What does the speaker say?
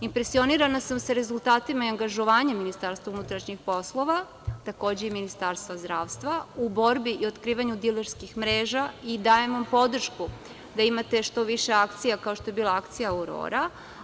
Impresionirana sam rezultatima i angažovanjem Ministarstva unutrašnjih poslova, takođe i Ministarstva zdravlja u borbi i otkrivanju dilerskih mreža i dajem vam podršku da imate što više akcija kao što je bila akcija „Aurora“